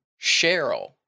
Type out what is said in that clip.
Cheryl